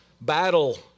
battle